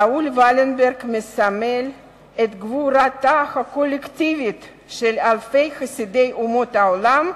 ראול ולנברג מסמל את גבורתם הקולקטיבית של אלפי חסידי אומות העולם,